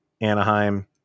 Anaheim